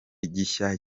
gishya